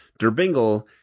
Derbingle